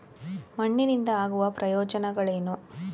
ಮಣ್ಣಿನಿಂದ ಆಗುವ ಪ್ರಯೋಜನಗಳೇನು?